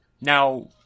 Now